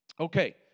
Okay